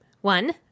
One